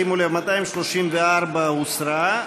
שימו לב, 234 הוסרה.